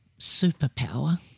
superpower